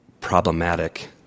problematic